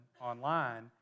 online